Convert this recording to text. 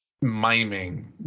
miming